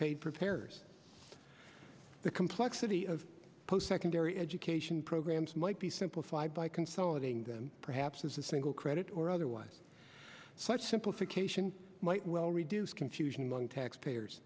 paid preparers the complexity of post secondary education programs might be simplified by consolidating them perhaps as a single credit or otherwise such simplification might well reduce confusion among taxpayers